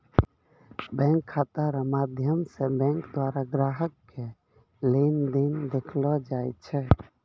bank खाता रो माध्यम से बैंक द्वारा ग्राहक के लेन देन देखैलो जाय छै